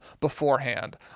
beforehand